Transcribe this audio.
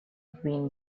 been